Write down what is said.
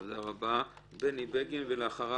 אני לא אחזור